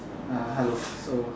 uh hello so